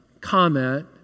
comment